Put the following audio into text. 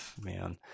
man